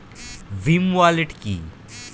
Bhim wallet কি?